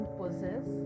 possess